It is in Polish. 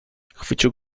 chwycił